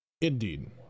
Indeed